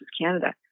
Canada